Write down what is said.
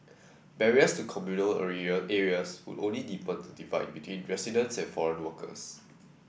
barriers to communal area areas would only deepen the divide between residents and foreign workers